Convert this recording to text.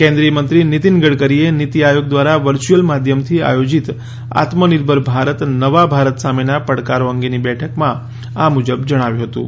કેન્દ્રીય મંત્રી નીતિન ગડકરીએ નીતિ આયોગ દ્વારા વર્ચ્યુઅલ માધ્યમથી આયોજિત આત્મનિર્ભર ભારત નવા ભારત સામેના પડકારો અંગેની બેઠકમાં આ મુજબ જણાવ્યું હતું